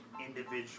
individual